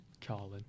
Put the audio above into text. Carlin